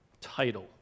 title